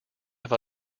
have